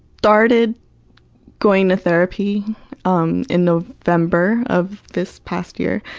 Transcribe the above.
started going to therapy um in november of this past year,